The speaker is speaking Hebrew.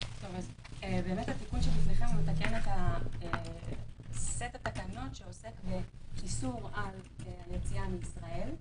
באמת התיקון שבפניכם מתקן את סט התקנות שעוסק באיסור יציאה מישראל.